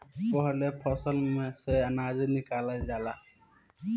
पाहिले फसल में से अनाज निकालल जाला